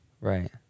right